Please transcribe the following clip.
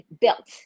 built